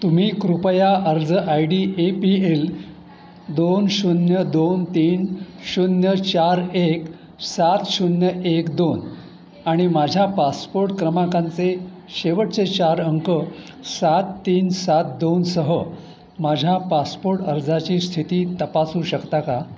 तुम्ही कृपया अर्ज I D A P L दोन शून्य दोन तीन शून्य चार एक सात शून्य एक दोन आणि माझ्या पासपोर्ट क्रमांकांचे शेवटचे चार अंक सात तीन सात दोनसह माझ्या पासपोर्ट अर्जाची स्थिती तपासू शकता का